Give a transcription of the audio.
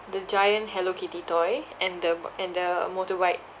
the giant hello kitty toy and the bo~ and the motorbike